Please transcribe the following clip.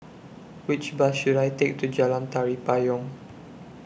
Which Bus should I Take to Jalan Tari Payong